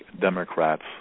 democrats